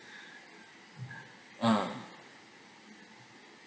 ah